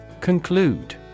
Conclude